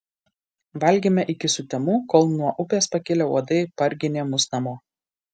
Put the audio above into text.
valgėme iki sutemų kol nuo upės pakilę uodai parginė mus namo